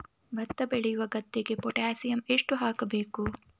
ಭತ್ತ ಬೆಳೆಯುವ ಗದ್ದೆಗೆ ಪೊಟ್ಯಾಸಿಯಂ ಎಷ್ಟು ಹಾಕಬೇಕು?